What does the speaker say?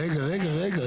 רגע רגע.